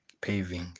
paving